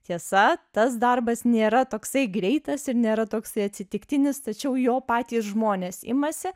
tiesa tas darbas nėra toksai greitas ir nėra toksai atsitiktinis tačiau jo patys žmonės imasi